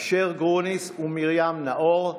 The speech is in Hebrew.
אשר גרוניס ומרים נאור,